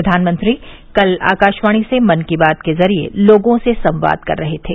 प्रधानमंत्री कल आकाशवाणी से मन की बात के जरिए लोगों से संवाद कर रहे थे